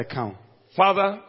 Father